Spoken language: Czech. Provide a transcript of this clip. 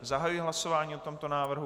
Zahajuji hlasování o tomto návrhu.